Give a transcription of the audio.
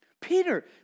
Peter